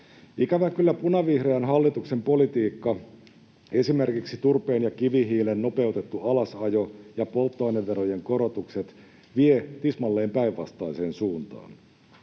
Ikävä kyllä punavihreän hallituksen politiikka, esimerkiksi turpeen ja kivihiilen nopeutettu alasajo ja polttoaineverojen korotukset, vie tismalleen päinvastaiseen suuntaan.